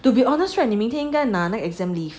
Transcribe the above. to be honest right 你明天那个 exam leave